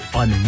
on